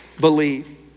believe